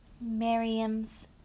Miriam's